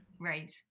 Right